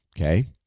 Okay